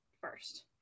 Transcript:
first